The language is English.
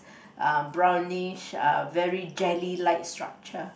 uh brownish uh very jelly like structure